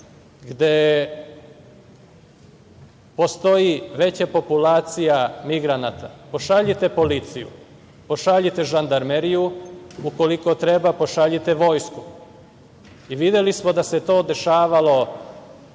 gde postoji veća populacija migranata, pošaljite policiju, pošaljite žandarmeriju. Ukoliko treba, pošaljite vojsku. Videli smo da se to dešavalo